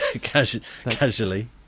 casually